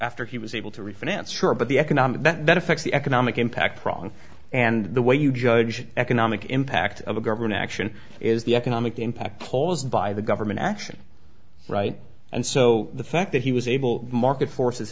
after he was able to refinance sure but the economic that effects the economic impact prong and the way you judge economic impact of a government action is the economic impact caused by the government action right and so the fact that he was able market forces